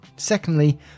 Secondly